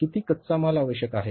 किती कच्चा माल आवश्यक आहे